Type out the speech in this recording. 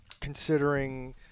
considering